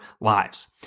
lives